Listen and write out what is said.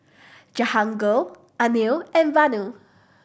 Jahangir Anil and Vanu